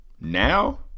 now